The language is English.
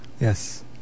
Yes